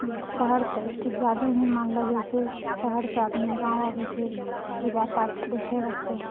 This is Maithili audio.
शहरसँ किछु ज्यादे ही मानलऽ जाइ छै शहरसँ आदमी गाँव आबै छै पूजा पाठ देखै वास्ते